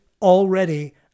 Already